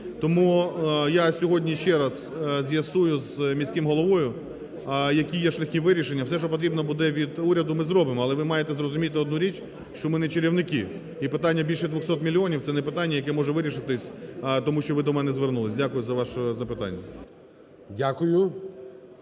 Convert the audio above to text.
Тому я сьогодні ще раз з'ясую з міським головою, які є шляхи вирішення. Все, що потрібно буде від уряду, ми зробимо. Але ви маєте зрозуміти одну річ, що ми – не чарівники, і питання більше 200 мільйонів, це не питання, яке може вирішитися, тому що ви до мене звернулися. Дякую за ваше запитання.